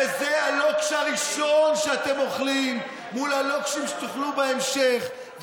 וזה הלוקש הראשון שאתם אוכלים מול הלוקשים שתאכלו בהמשך.